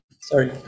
Sorry